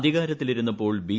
അധികാരത്തിലിരുന്നപ്പോൾ B